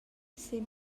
sin